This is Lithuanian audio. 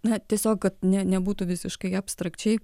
na tiesiog kad ne nebūtų visiškai abstrakčiai